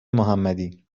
محمدی